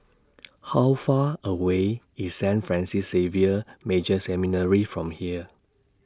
How Far away IS Saint Francis Xavier Major Seminary from here